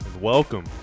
welcome